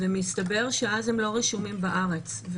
ומסתבר שאז הם לא רשומים בארץ.